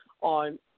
on